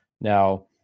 now